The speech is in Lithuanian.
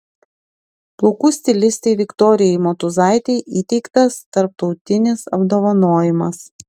plaukų stilistei viktorijai motūzaitei įteiktas tarptautinis apdovanojimas